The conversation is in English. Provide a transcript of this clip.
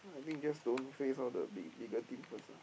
I think just don't face all the big bigger team first ah